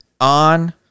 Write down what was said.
on